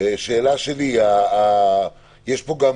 יש פה גם